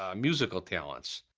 ah musical talents.